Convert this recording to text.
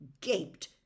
gaped